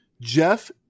Jeff